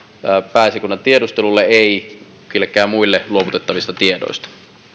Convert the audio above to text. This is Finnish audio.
pääesikunnan tiedustelulle ei kenellekään muille luovutettavista tiedoista